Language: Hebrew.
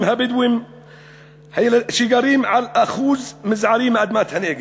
הבדואים שגרים על אחוז מזערי מאדמת הנגב,